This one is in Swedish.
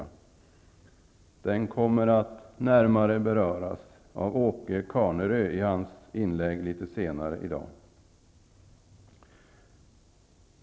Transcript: Den kommer att närmare beröras av Åke Carnerö i hans inlägg litet senare i dag.